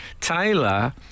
Taylor